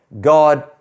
God